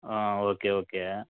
ah okay okay